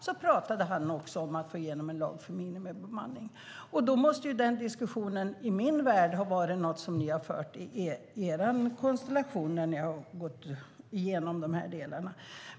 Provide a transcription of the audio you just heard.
Då pratade han också om att få igenom en lag om minimibemanning. I min värld måste den diskussionen ha förts i er konstellation när ni har gått igenom de här delarna.